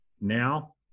now